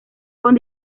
con